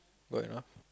good enough